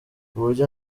uburyo